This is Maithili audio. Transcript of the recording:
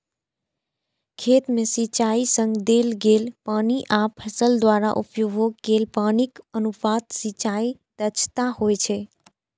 खेत मे सिंचाइ सं देल गेल पानि आ फसल द्वारा उपभोग कैल पानिक अनुपात सिंचाइ दक्षता होइ छै